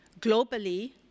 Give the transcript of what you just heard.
globally